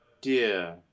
dear